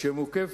שמוקף